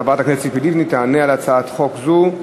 חברת הכנסת ציפי לבני, תענה על הצעת חוק זו.